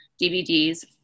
DVDs